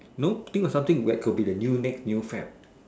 no think of something where could become the new the next new fad